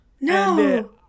No